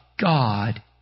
God